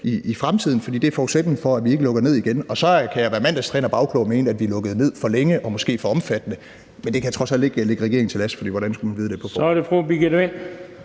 i fremtiden, for det er forudsætningen for, at vi ikke lukker ned igen. Og så kan jeg være mandagstrænerbagklog og mene, at vi lukkede ned for længe og måske for omfattende, men det kan jeg trods alt ikke lægge regeringen til last, for hvordan skulle man vide det på forhånd. Kl. 19:36 Den